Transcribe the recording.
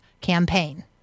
campaign